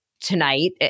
tonight